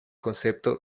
concepto